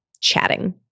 chatting